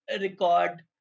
record